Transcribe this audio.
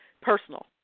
personal